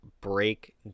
break